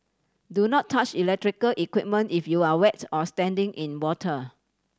do not touch electrical equipment if you are wets or standing in water